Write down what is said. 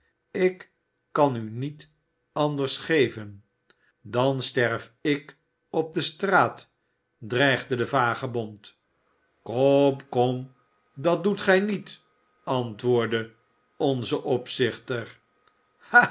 ik kan u niet anders geven dan sterf ik op de straat dreigde de vagebond kom kom dat doet gij niet antwoordde onze opzichter